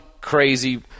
crazy